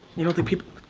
you don't think people,